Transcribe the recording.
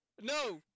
No